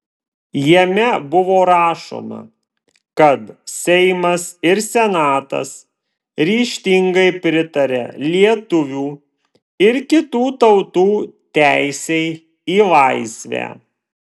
jame buvo rašoma kad seimas ir senatas ryžtingai pritaria lietuvių ir kitų tautų teisei į laisvę